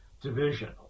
division